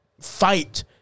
fight